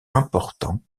importants